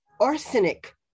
arsenic